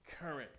current